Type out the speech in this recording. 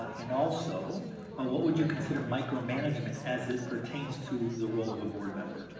and also ah what would you consider micromanagement as it pertains to the role of a board member?